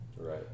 Right